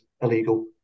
illegal